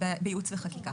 בייעוץ וחקיקה.